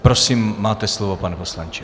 Prosím, máte slovo, pane poslanče.